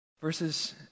Verses